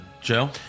Joe